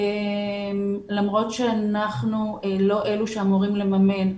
למרות שאנחנו לא אלו שאמורים לממן,